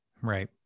Right